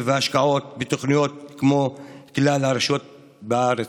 והשקעות בתוכניות כמו כלל הרשויות בארץ.